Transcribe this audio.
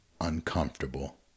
uncomfortable